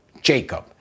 Jacob